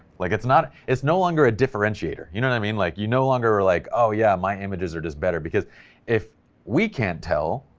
like it's not, it's no longer a differentiator, you know i mean like you know longer are like, oh yeah my images are just better because if we can't tell,